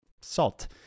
salt